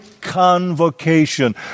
convocation